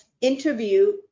interview